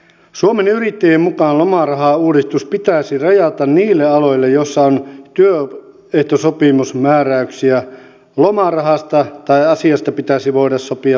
suomen yrittäjien mukaan lomarahauudistus pitäisi rajata niille aloille joilla on työehtosopimusmääräyksiä lomarahasta tai asiasta pitäisi voida sopia paikallisesti